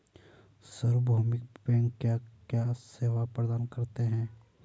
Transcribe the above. सार्वभौमिक बैंक क्या क्या सेवाएं प्रदान करते हैं?